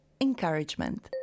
encouragement